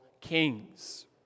kings